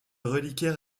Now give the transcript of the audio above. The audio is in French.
reliquaire